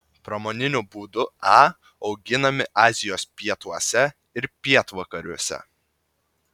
pramoniniu būdu a auginami azijos pietuose ir pietvakariuose